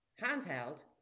handheld